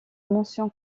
mention